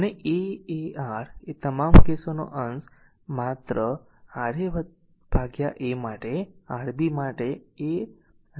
આ a a R એ તમામ કેસનો અંશ માત્ર Ra a માટે Rb માટે a અને Rc ભાગ્યા R છે